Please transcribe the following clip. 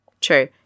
true